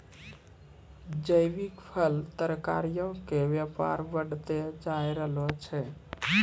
जैविक फल, तरकारीयो के व्यापार बढ़तै जाय रहलो छै